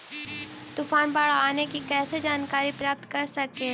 तूफान, बाढ़ आने की कैसे जानकारी प्राप्त कर सकेली?